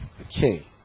Okay